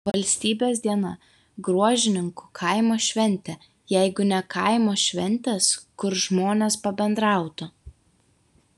valstybės dieną gruožninkų kaimo šventė jeigu ne kaimo šventės kur žmonės pabendrautų